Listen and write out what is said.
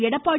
Edappadi